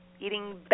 eating